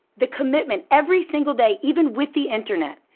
the commitment, every single day, even with the internet,